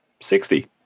Sixty